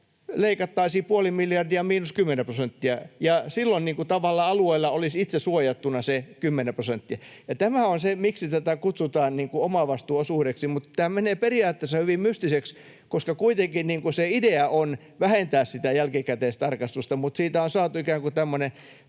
leikattaisiin puoli miljardia miinus kymmenen prosenttia. Silloin tavallaan alueilla olisi itse suojattuna se kymmenen prosenttia. Tämä on se, miksi tätä kutsutaan omavastuuosuudeksi. Tämä menee periaatteessa hyvin mystiseksi, koska kuitenkin idea on vähentää sitä jälkikäteistarkistusta, mutta siitä on saatu ikään kuin tämmöinen